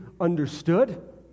understood